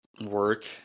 work